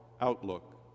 outlook